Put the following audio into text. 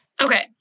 Okay